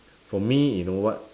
for me you know [what]